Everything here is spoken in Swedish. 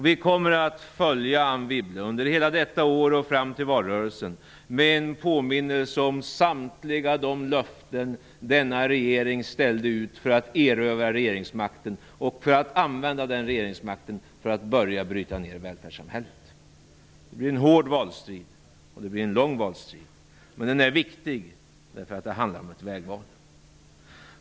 Vi kommer att följa Anne Wibble under hela detta år och fram till valrörelsen med påminnelser om samtliga de löften som de nuvarande regeringspartierna ställde ut för att erövra regeringsmakten och för att använda denna till att börja bryta ned välfärdssamhället. Det blir en hård och lång valstrid, och den är viktig, eftersom det handlar om ett vägval.